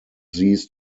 these